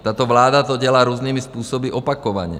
Tato vláda to dělá různými způsoby, opakovaně.